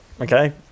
okay